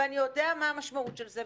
ואני יודע מה המשמעות של זה.